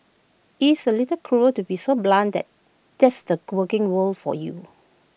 it's A little cruel to be so blunt that that's the working world for you